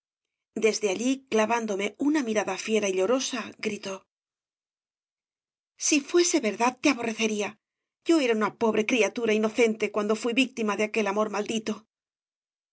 desde allí clavándome una mirada fiera y llorosa gritó si fuese verdad te aborrecería yo era una pobre criatura inocente cuando fui víctima de aquel amor maldito